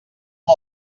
amb